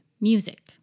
music